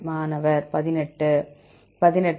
மாணவர் 18 18